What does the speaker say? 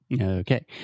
Okay